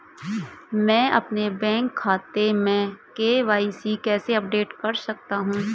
मैं अपने बैंक खाते में के.वाई.सी कैसे अपडेट कर सकता हूँ?